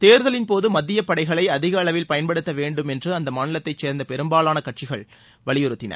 தேர்தலின்போது மத்திய படைகளை அதிகளவில் பயன்படுத்த வேண்டும் என்று அந்த மாநிலத்தை சேர்ந்த பெரும்பாவான எதிர்க்கட்சிகள் வலியுறுத்தின